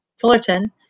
Fullerton